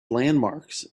landmarks